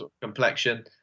complexion